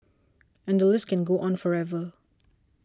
and the list can go on forever